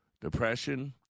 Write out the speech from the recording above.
Depression